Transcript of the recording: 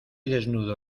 desnudo